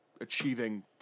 achieving